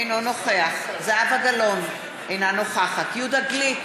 אינו נוכח זהבה גלאון, אינה נוכחת יהודה גליק,